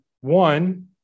One